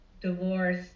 divorce